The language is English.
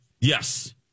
yes